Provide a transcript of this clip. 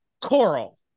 coral